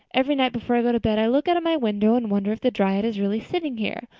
every night before i go to bed, i look out of my window and wonder if the dryad is really sitting here,